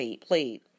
played